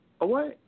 away